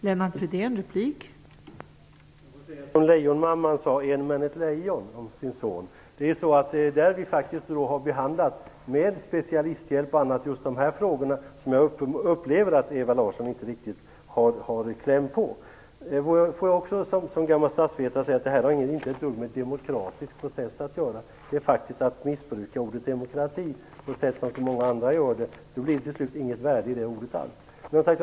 Fru talman! Jag får säga som lejonmamman sade om sin son: En, men ett lejon. Vi har med specialisthjälp och annat behandlat just dessa frågor, som jag upplever att Eva Larsson inte riktigt har kläm på. Som gammal statsvetare vill jag också säga att detta har inte ett dugg med demokratisk process att göra. Det är faktiskt att missbruka ordet demokrati på samma sätt som många andra gör det. Till sist blir det inte något värde alls i det ordet.